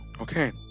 Okay